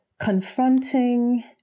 confronting